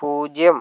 പൂജ്യം